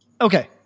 Okay